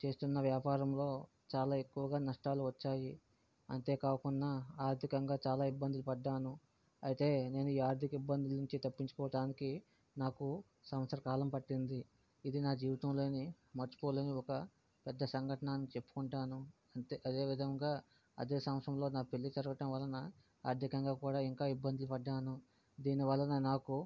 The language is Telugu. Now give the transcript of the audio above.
చేస్తున్న వ్యాపారంలో చాలా ఎక్కువగా నష్టాలు వచ్చాయి అంతేకాకుండా ఆర్థికంగా చాలా ఇబ్బందులు పడ్డాను అయితే నేను ఈ ఆర్థిక ఇబ్బంది నుంచి తప్పించుకోవటానికి నాకు సంవత్సరకాలం పట్టింది ఇది నా జీవితంలోని మర్చిపోలేని ఒక పెద్ద సంఘటన అని చెప్పుకుంటాను అంతే అదే విధంగా అదే సంవత్సరంలో నా పెళ్ళి జరగడం వలన ఆర్థికంగా కూడా ఇంకా ఇబ్బంది పడ్డాను దీని వలన నాకు